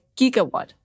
gigawatt